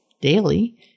daily